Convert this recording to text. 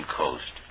coast